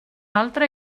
altre